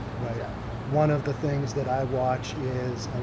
yeah one of the things that i watch is,